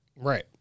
Right